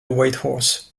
whitehorse